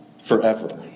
forever